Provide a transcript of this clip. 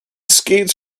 skates